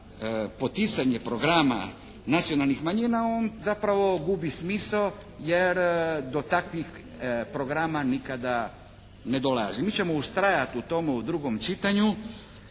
poticanje programa nacionalnih manjina on zapravo gubi smisao jer do takvih programa nikada ne dolazi. Mi ćemo ustrajati u tome u drugom čitanju